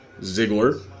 Ziggler